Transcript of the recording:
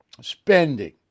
spending